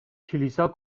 کلیسا